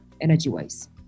energy-wise